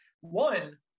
one